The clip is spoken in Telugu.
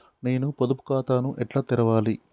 నేను పొదుపు ఖాతాను ఎట్లా తెరవాలి?